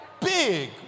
big